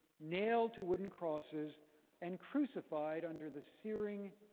nailed to wooden crosses and crucified under the searing,